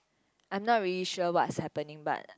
I'm not really sure what's happening but